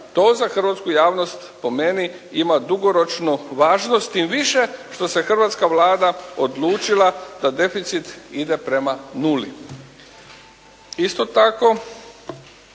To za hrvatsku javnost po meni ima dugoročno važnost tim više što se hrvatska Vlada odlučila da deficit ide prema 0. Isto tako,